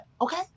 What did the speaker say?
okay